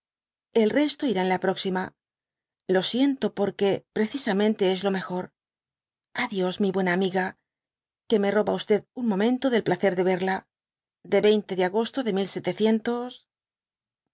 google elresto irá ea la próxima lo siento por que precisamente es lo mejor a dios mi buena amiga que me roba un momento del placer de verla de ao de agosto de